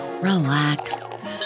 relax